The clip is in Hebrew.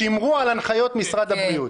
שמרו על הנחיות משרד הבריאות.